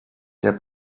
der